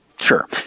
Sure